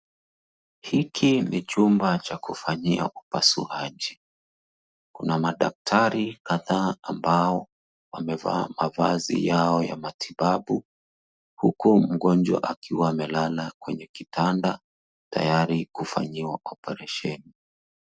Hiki ni chumba cha kufanyia upasuaji. Kuna madaktari kadhaa ambao wamevaa mavazi yao ya matibabu, huku mgonjwa akiwa amelala kwenye kitanda tayari kufanyiwa oparesheni.